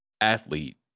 athlete